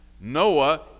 Noah